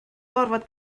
gorfod